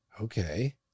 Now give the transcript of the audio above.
okay